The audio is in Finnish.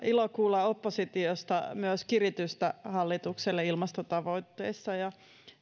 ilo kuulla oppositiosta myös kiritystä hallitukselle ilmastotavoitteissa ja